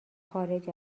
خارج